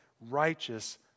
righteous